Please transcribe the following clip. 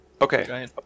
Okay